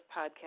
podcast